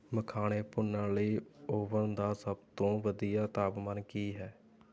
ਮਖਾਣੇ ਭੁੰਨਣ ਲਈ ਓਵਨ ਦਾ ਸਭ ਤੋਂ ਵਧੀਆ ਤਾਪਮਾਨ ਕੀ ਹੈ